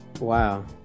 Wow